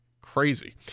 crazy